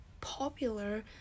popular